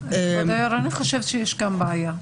כבוד היו"ר, אני חושבת שיש כאן בעיה.